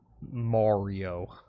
Mario